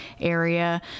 area